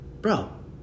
Bro